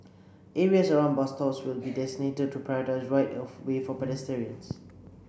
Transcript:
areas around bus stops will be designated to prioritise right of way for pedestrians